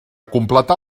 completar